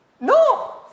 No